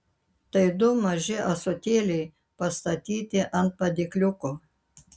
tai du maži ąsotėliai pastatyti ant padėkliuko